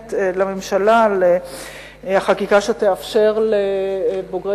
המוקדמת לממשלה על חקיקה שתאפשר לבוגרי